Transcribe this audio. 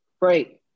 Right